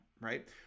right